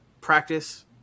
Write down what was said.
practice